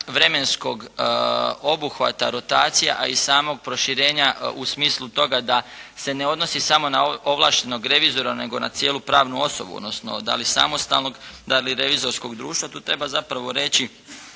vremenskog obuhvata rotacija, a i samog proširenja u smislu toga da se ne odnosi samo na ovlaštenog revizora nego na cijelu pravnu osobu, odnosno da li samostalnog, da li revizorskog društva, tu treba zapravo reći